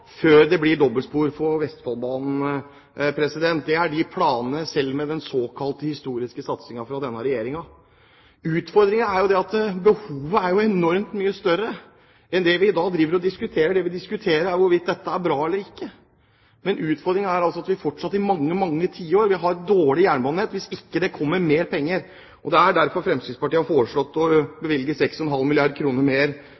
før det blir dobbeltspor på Vestfoldbanen. Det er planene, selv med den såkalte historiske satsingen fra denne regjeringen. Utfordringen er jo at behovet er enormt mye større enn det vi i dag diskuterer. Vi diskuterer hvorvidt dette er bra eller ikke. Men utfordringen er altså at vi fortsatt i mange tiår vil ha et dårlig jernbanenett hvis det ikke kommer mer penger. Og det er derfor Fremskrittspartiet har foreslått å bevilge 6,5 milliarder kr mer